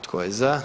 Tko je za?